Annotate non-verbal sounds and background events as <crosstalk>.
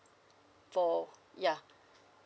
for ya <breath>